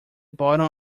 bottom